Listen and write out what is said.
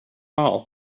all